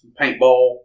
paintball